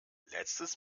letztes